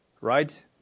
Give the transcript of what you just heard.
right